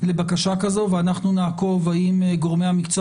לבקשה כזו ואנחנו נעקוב האם גורמי המקצוע